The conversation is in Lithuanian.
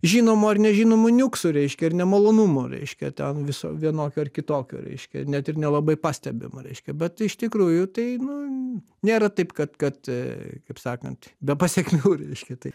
žinomų ar nežinomų niuksų reiškia ir nemalonumų reiškia ten viso vienokio ar kitokio reiškia net ir nelabai pastebimo reiškia bet iš tikrųjų tai nu nėra taip kad kad kaip sakant be pasekmių reiškia tai